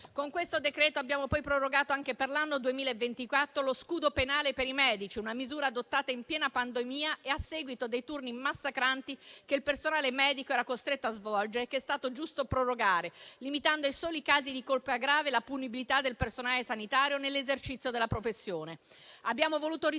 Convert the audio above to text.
Con questo decreto abbiamo poi prorogato anche per l'anno 2024 lo scudo penale per i medici, una misura adottata in piena pandemia e a seguito dei turni massacranti che il personale medico era costretto a svolgere e che è stato giusto prorogare, limitando ai soli casi di colpa grave la punibilità del personale sanitario nell'esercizio della professione.